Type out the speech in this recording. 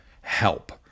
help